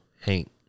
Hank